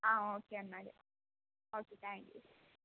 ആ ഓക്കെ എന്നാല് okay thank you